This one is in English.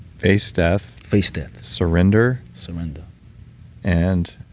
face death face death surrender surrender and.